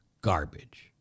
Garbage